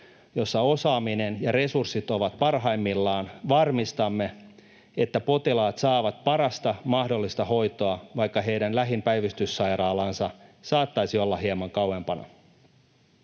joissa osaaminen ja resurssit ovat parhaimmillaan, varmistamme, että potilaat saavat parasta mahdollista hoitoa, vaikka heidän lähin päivystyssairaalaansa saattaisi olla hieman kauempana.